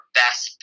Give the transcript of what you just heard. best